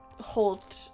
hold